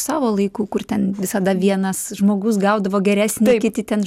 savo laikų kur ten visada vienas žmogus gaudavo geresnį kiti ten